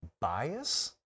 bias